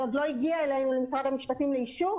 זה עוד לא הגיע אלינו למשרד המשפטים לאישור.